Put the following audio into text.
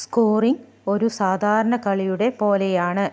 scoring ഒരു സാധാരണ കളിയുടെ പോലെയാണ്